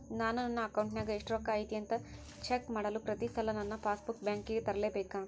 ನಾನು ನನ್ನ ಅಕೌಂಟಿನಾಗ ಎಷ್ಟು ರೊಕ್ಕ ಐತಿ ಅಂತಾ ಚೆಕ್ ಮಾಡಲು ಪ್ರತಿ ಸಲ ನನ್ನ ಪಾಸ್ ಬುಕ್ ಬ್ಯಾಂಕಿಗೆ ತರಲೆಬೇಕಾ?